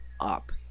up